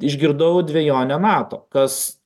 išgirdau dvejonę nato kas